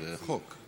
זה חוק.